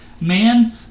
Man